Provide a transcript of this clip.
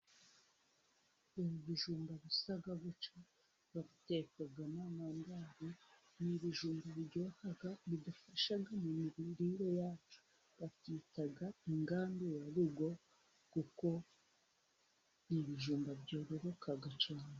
Ibi bijumba bisa gutya, babitekamo amandazi. Ni ibijumba biryoha, bidufasha nko mu mirire yacu. Babyita ingandurarugo kuko ni ibijumba byororoka cyane.